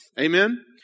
Amen